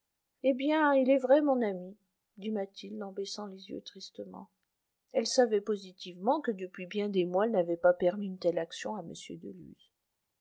eh bien il est vrai mon ami dit mathilde en baissant les yeux tristement elle savait positivement que depuis bien des mois elle n'avait pas permis une telle action à